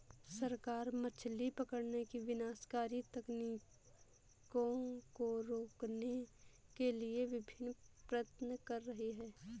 सरकार मछली पकड़ने की विनाशकारी तकनीकों को रोकने के लिए विभिन्न प्रयत्न कर रही है